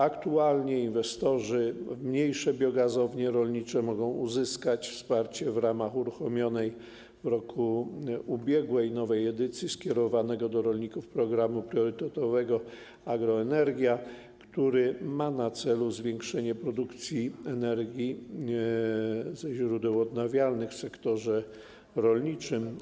Aktualnie inwestorzy, mniejsze biogazownie rolnicze mogą uzyskać wsparcie w ramach uruchomionej w ubiegłym roku nowej edycji skierowanego do rolników Programu Priorytetowego ˝Agroenergia˝, który ma na celu zwiększenie produkcji energii ze źródeł odnawialnych w sektorze rolniczym.